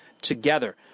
together